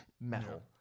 metal